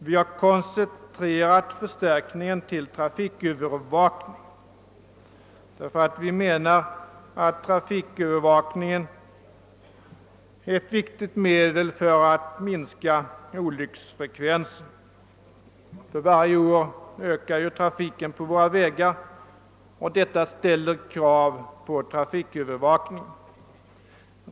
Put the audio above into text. Vi har koncentrerat förstärkningen till trafikövervakningen, ty vi anser att denna är ett viktigt medel för att minska olycksfallsfrekvensen. För varje år ökar trafiken på våra vägar, och detta ställer krav på trafikövervakning.